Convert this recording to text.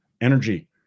energy